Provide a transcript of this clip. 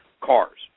cars